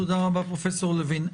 תודה רבה, פרופ' לוין.